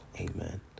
amen